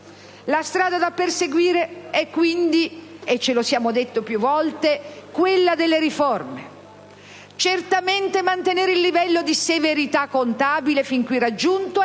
La strada da perseguire è quindi - e ce lo siamo detti più volte - quella delle riforme. Certamente mantenere il livello di severità contabile fin qui raggiunto è